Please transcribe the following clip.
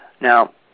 Now